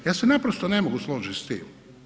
Ja se naprosto ne mogu složiti s tim.